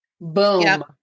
Boom